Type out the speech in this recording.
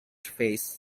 phase